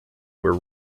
were